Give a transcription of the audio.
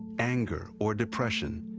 anger or depression,